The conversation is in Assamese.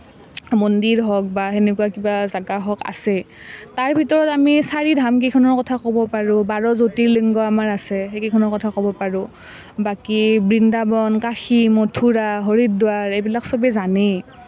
মন্দিৰ হওক বা সেনেকুৱা কিবা জেগা হওক আছে তাৰ ভিতৰত আমি চাৰিধামকেইখনৰ কথা ক'ব পাৰোঁ বাৰ জ্য়োতিৰ্লিংগ আমাৰ আছে সেইকেইখনৰ কথা আমি ক'ব পাৰোঁ বাকী বৃন্দাবন কাশী মথুৰা হৰিদ্বাৰ এইবিলাক চবে জানেই